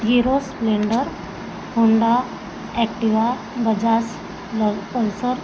hero Splendor Honda Activa Bajaj ल Pulsar